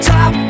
Top